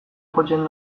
jotzen